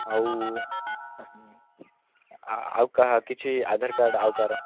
ଆଉ ଆଉ କିଛି ଆଧାର କାର୍ଡ଼ ଆଉ କାହାର